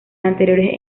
anteriores